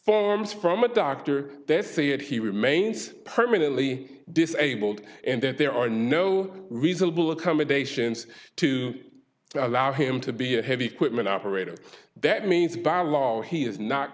forms from a dr death and he remains permanently disabled and that there are no reasonable accommodations to allow him to be a heavy equipment operator that means by law he is not